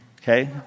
okay